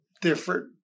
different